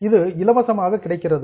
இது இலவசமாகக் கிடைக்கிறது